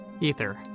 Ether